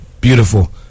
Beautiful